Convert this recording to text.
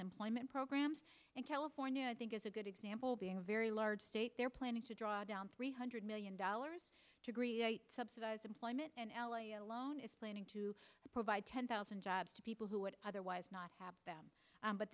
employment programs and california i think is a good example being a very large state they're planning to draw down three hundred million dollars to greece subsidize employment alone is planning to provide ten thousand jobs to people who would otherwise not have them but